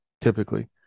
typically